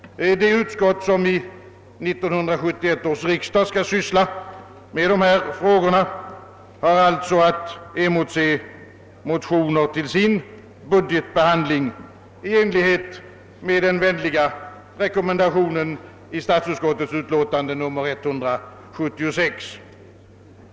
Det utskott som vid 1971 års riksdag skall syssla med dessa frågor har alltså att vid sin budgetbehandling emotse motioner i enlighet med den vänliga rekommendationen i statsutskottets utlåtande nr 176.